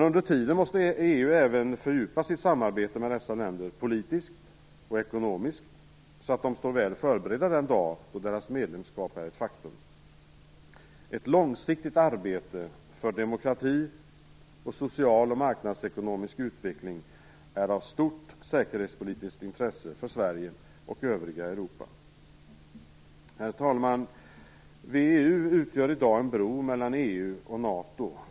Under tiden måste EU även fördjupa sitt samarbete med dessa länder politiskt och ekonomiskt så att de står väl förberedda den dag då deras medlemskap är ett faktum. Ett långsiktigt arbete för demokrati och social och marknadsekonomisk utveckling är av stort säkerhetspolitiskt intresse för Sverige och övriga Herr talman! VEU utgör i dag en bro mellan EU och NATO.